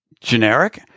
generic